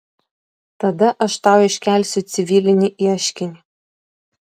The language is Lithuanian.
tada aš tau iškelsiu civilinį ieškinį